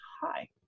hi